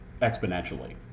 exponentially